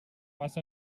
passa